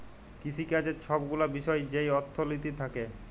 কিসিকাজের ছব গুলা বিষয় যেই অথ্থলিতি থ্যাকে